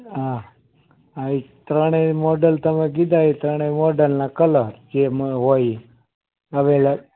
હા એ ત્રણેય મોડેલ તમે કીધા એ ત્રણે મોડલનાં કલર જે એમાં હોય એ અવેબલ